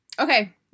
Okay